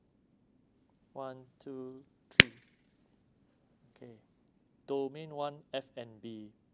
one two three okay domain one f and b